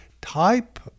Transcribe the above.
type